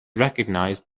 recognised